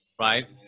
right